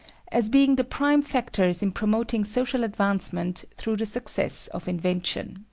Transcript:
as being the prime factors in promoting social advancement through the success of invention.